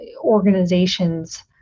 organizations